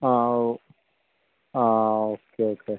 ആ ഓ ആ ഓക്കെ ഓക്കെ